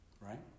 Right